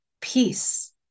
peace